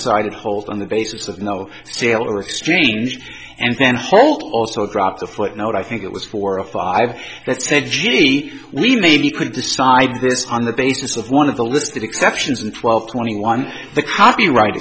of hold on the basis of no sale or exchange and then holt also dropped the footnote i think it was four or five that said gee we mean you could decide this on the basis of one of the listed exceptions and twelve twenty one the copyright